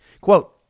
Quote